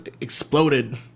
Exploded